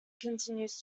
continues